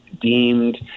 deemed